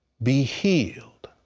be healed.